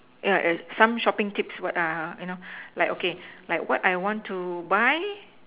yeah err some shopping tips what err you know like okay like what I want to buy